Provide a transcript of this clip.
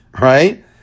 right